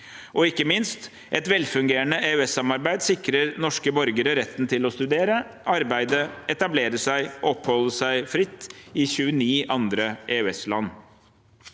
– Ikke minst: Et velfungerende EØS-samarbeid sikrer norske borgere retten til å studere, arbeide, etablere seg og oppholde seg fritt i 29 andre EØS-land.